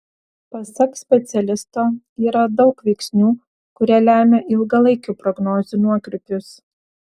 pasak specialisto yra daug veiksnių kurie lemia ilgalaikių prognozių nuokrypius